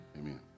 amen